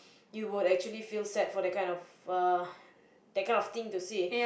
you would actually feel sad for that kind of uh that kind thing to say